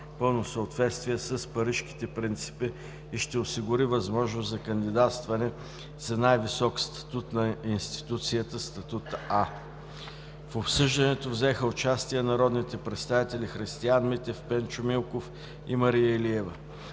пълно съответствие с Парижките принципи и ще осигури възможност за кандидатстване за най-високия статут на институцията – статут „А“. В обсъждането взеха участие народните представители Христиан Митев, Пенчо Милков и Мария Илиева.